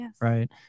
right